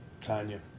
Tanya